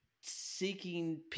seeking